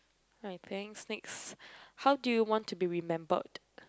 I think next how do you want to be remembered